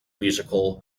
musical